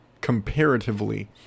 comparatively